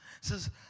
says